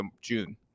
June